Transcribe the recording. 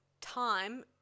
time